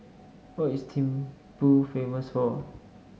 what is Thimphu famous for